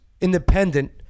independent